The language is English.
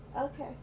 Okay